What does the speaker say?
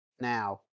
now